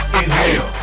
inhale